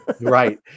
Right